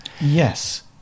Yes